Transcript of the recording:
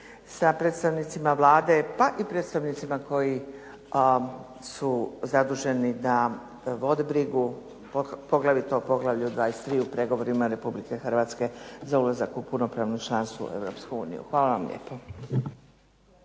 sa predstavnicima Vlade pa i predstavnicima koji su zaduženi da vode brigu poglavito o poglavlju 23 u pregovorima Republike Hrvatske za ulazak u punopravno članstvo u Europsku uniju. Hvala vam lijepo.